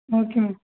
okay ma'am